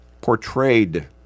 portrayed